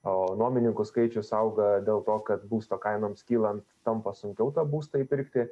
o nuomininkų skaičius auga dėl to kad būsto kainoms kylant tampa sunkiau tą būstą įpirkti